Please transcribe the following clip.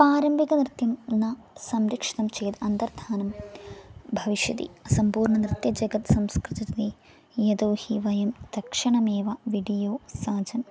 पारम्परिकनृत्यं न संरक्षितं चेत् अन्तर्धानं भविष्यति सम्पूर्णनृत्यजगत् संस्कृतजगति यतो हि वयं तत् क्षणमेव विडियो सहायम्